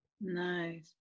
Nice